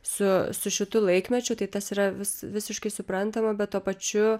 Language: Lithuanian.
su su šitu laikmečiu tai tas yra vis visiškai suprantama bet tuo pačiu